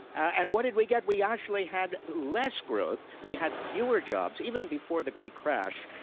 and what did we get? we actually had less growth. we had fewer jobs, even before the great crash.